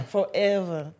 Forever